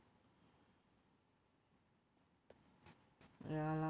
ya lah